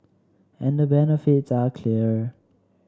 and the benefits are clear